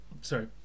sorry